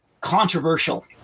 controversial